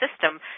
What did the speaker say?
system